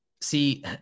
See